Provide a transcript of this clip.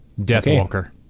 Deathwalker